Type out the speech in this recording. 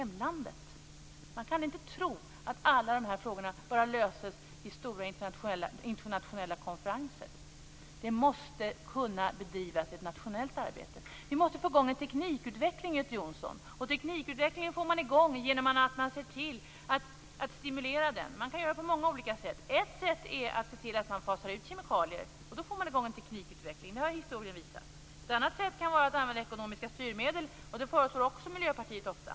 Man kan inte tro att alla dessa frågor löses genom stora internationella konferenser. Man måste också bedriva ett nationellt arbete. Vi måste få i gång en teknikutveckling, Göte Jonsson. Teknikutvecklingen får man i gång genom att stimulera den. Man kan göra på många olika sätt. Ett sätt är att fasa ut kemikalier. Då får man i gång en teknikutveckling. Det har historien visat. Ett annat sätt kan vara att använda ekonomiska styrmedel. Det föreslår Miljöpartiet ofta.